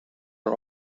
are